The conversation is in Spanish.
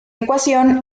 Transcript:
ecuación